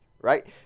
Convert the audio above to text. right